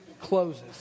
closes